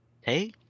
Hey